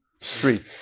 street